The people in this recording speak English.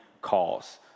Calls